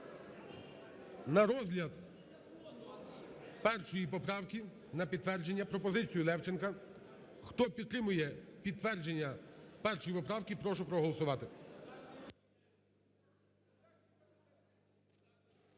на розгляд першої поправки, на підтвердження пропозицію Левченка. Хто підтримує підтвердження першої поправки, прошу проголосувати.